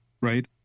right